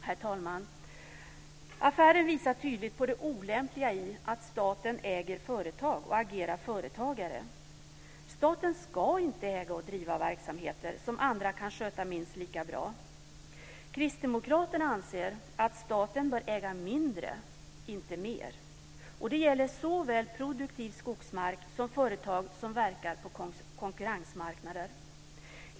Herr talman! Affären visar tydligt på det olämpliga i att staten äger företag och agerar företagare. Staten ska inte äga och driva verksamheter som andra kan sköta minst lika bra. Kristdemokraterna anser att staten bör äga mindre, inte mer. Det gäller såväl produktiv skogsmark som företag som verkar på konkurrensmarknader.